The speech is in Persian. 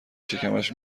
شکمش